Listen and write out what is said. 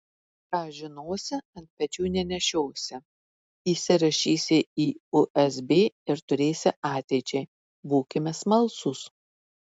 ką žinosi ant pečių nenešiosi įsirašysi į usb ir turėsi ateičiai būkime smalsūs